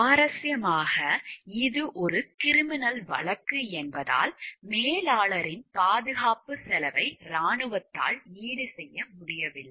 சுவாரஸ்யமாக இது ஒரு கிரிமினல் வழக்கு என்பதால் மேலாளரின் பாதுகாப்புச் செலவை இராணுவத்தால் ஈடுசெய்ய முடியவில்லை